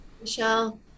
michelle